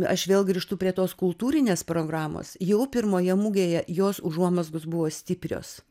aš vėl grįžtu prie tos kultūrinės programos jau pirmoje mugėje jos užuomazgos buvo stiprios